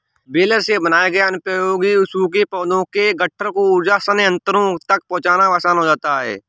baler से बनाए गए अनुपयोगी सूखे पौधों के गट्ठर को ऊर्जा संयन्त्रों तक पहुँचाना आसान हो जाता है